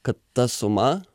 kad ta suma